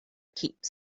keeps